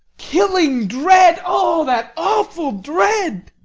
killing dread. oh that awful dread!